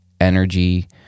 energy